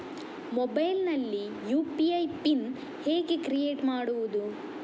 Mobile ನಲ್ಲಿ UPI PIN ಹೇಗೆ create ಮಾಡುವುದು?